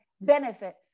benefit